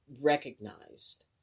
recognized